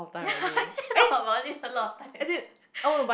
ya I actually talk about it a lot of time